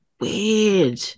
weird